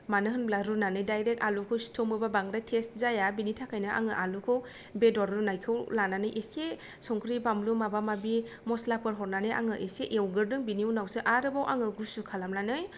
मानो होनब्ला रुनानै दायरेक्त आलुखौ सिथुमोबा बांद्राय तेस्त जाया बिनि थाखायनो आङो आलुखौ बेदर रुनायखौ लानानै इसे संख्रै बानलु माबा माबि मसलाफोर हरनानै आङो इसे एवग्रोदों बिनि उनावसो आरोबाव आङो गुसु खालामनानै